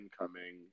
incoming